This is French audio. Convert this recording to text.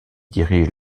dirige